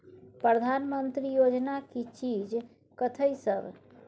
प्रधानमंत्री योजना की चीज कथि सब?